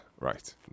Right